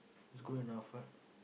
it's good enough right